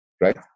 right